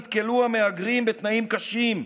נתקלו המהגרים בתנאים קשים,